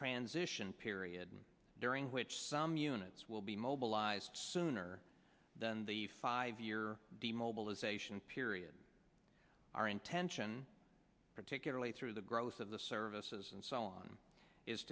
transition period during which some units will be mobilized sooner than the five year demobilisation period our intention particularly through the growth of the services and so on is